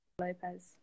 Lopez